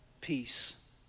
Peace